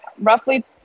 roughly